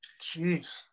Jeez